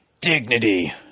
dignity